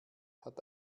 hat